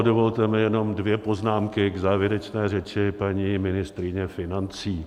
Dovolte mi jenom dvě poznámky k závěrečné řeči paní ministryně financí.